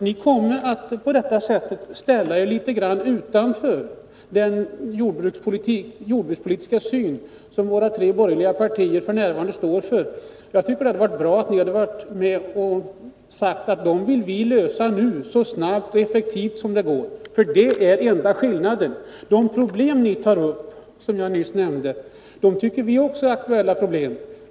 Ni kommer på det här viset att ställa er litet utanför den jordbrukspolitiska syn som våra tre borgerliga partier f. n. har. Jag tycker det hade varit bra om ni hade varit med och sagt att dessa problem vill vi försöka lösa nu, så snabbt och effektivt det går, för här ligger den enda skillnaden. De problem ni tar upp och som jag nyss nämnde tycker vi också är aktuella problem.